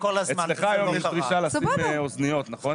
אצלך יש היום יש דרישה לשים אוזניות, נכון?